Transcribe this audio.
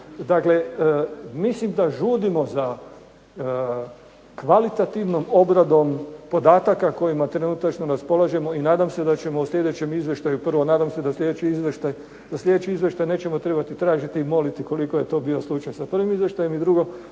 Dakle, mislim da žudimo za kvalitativnom obradom podataka s kojima trenutačno raspolažemo i nadam se da ćemo u sljedećem Izvještaju prvo, nadam se da sljedeći Izvještaj nećemo moliti i tražiti koliko je to bio slučaj sa prvim Izvještajem. I drugo